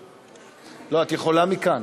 לא, את יכולה מכאן.